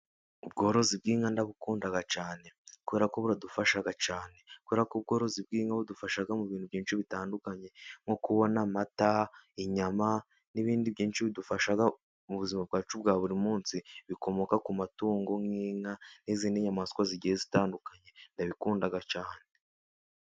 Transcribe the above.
Ubworozi bw'inka ndabukunda cyane, kubera ko buradufasha cyane kubera ko ubworozi bw'inka budufasha mu bintu byinshi bitandukanye, nko kubona amata, inyama, n'ibindi byinshi bidufasha mu buzima bwacu bwa buri munsi, bikomoka ku matungo nk'inka, n'izindi nyamaswa zigiye zitandukanye, ndabikunda cyane.